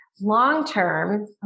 Long-term